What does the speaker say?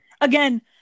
Again